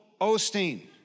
Osteen